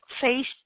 face